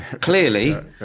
Clearly